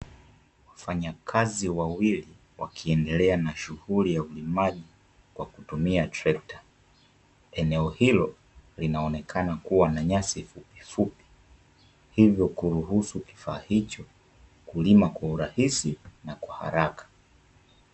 Wafanyakazi wawili wakiendelea na shughuli ya ulimaji kwa kutumia trekta. Eneo hilo linaonekana kuwa na nyasi fupifupi, hivyo kuruhusu kifaa hicho kulima kwa urahisi na kwa haraka.